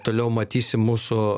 toliau matysim mūsų